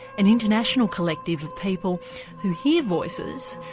an international collective of people who hear voices,